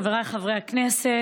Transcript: חבריי חברי הכנסת,